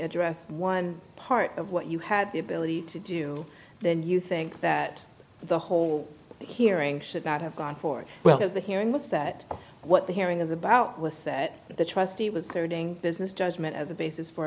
address one part of what you had the ability to do then you think that the whole hearing should not have gone forward well as the hearing was that what the hearing is about with that the trustee was there doing business judgment as a basis for